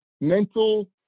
mental